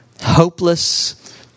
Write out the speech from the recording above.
hopeless